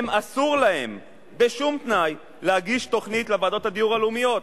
אסור להם בשום תנאי להגיש תוכנית לוועדות הדיור הלאומיות.